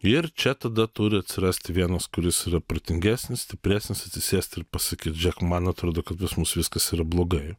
ir čia tada turi atsirasti vienas kuris yra protingesnis stipresnis atsisėsti ir pasakyt žiūrėk man atrodo kad pas mus viskas yra blogai